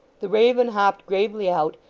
the raven hopped gravely out,